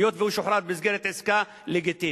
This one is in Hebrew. היות שהוא שוחרר במסגרת עסקה לגיטימית.